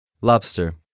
lobster